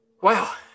wow